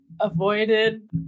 Avoided